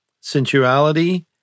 sensuality